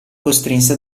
costrinse